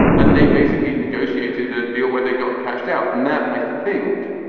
and they basically negotiated a deal where they got cashed out. and that, i think,